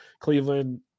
Cleveland